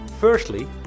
firstly